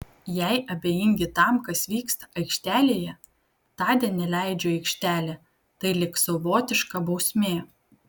jei abejingi tam kas vyksta aikštelėje tądien neleidžiu į aikštelę tai lyg savotiška bausmė